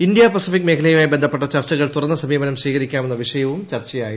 Indo Pacific മേഖലയുമായി ബന്ധപ്പെട്ട ചർച്ചകളിൽ തുറന്ന സമീപനം സ്വീകരിക്കാമെന്ന വിഷയവും ചർച്ചയായി